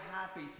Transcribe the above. happy